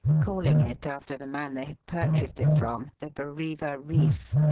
calling it after the man they had purchased it from, the bareva reef,